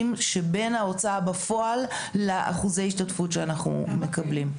שבין ההוצאה לפועל לאחוזי ההשתתפות שאנחנו מקבלים.